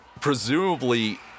presumably